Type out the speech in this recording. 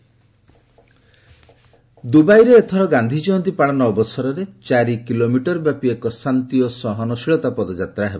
UAE ଗାନ୍ଧିକୟନ୍ତୀ ଦୁବାଇରେ ଏଥର ଗାନ୍ଧି ଜୟନ୍ତୀ ପାଳନ ଅବସରରେ ଚାରିକିଲୋମିଟର ବ୍ୟାପି ଏକ ଶାନ୍ତି ଓ ସହନଶୀଳତା ପଦଯାତ୍ରା ହେବ